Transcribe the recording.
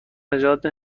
نجات